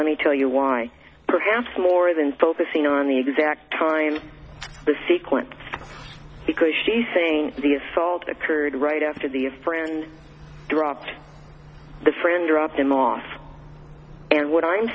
many tell you why perhaps more than focusing on the exact time the sequence because she's saying the assault occurred right after the friend dropped the friend dropped him off and what i'm